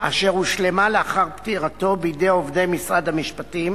אשר הושלמה לאחר פטירתו בידי עובדי משרד המשפטים,